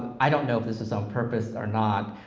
i don't know if this was on purpose or not,